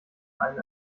ein